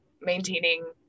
maintaining